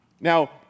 Now